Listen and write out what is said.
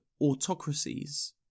autocracies